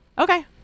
okay